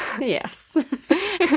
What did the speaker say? Yes